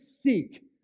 seek